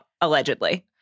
allegedly